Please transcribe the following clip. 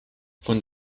von